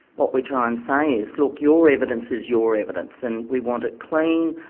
what we try and say is, look, your evidence is your evidence, and we want it clean,